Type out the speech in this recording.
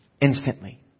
Instantly